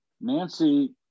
Nancy